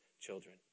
children